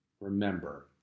Remember